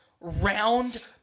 round